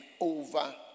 over